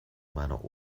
meiner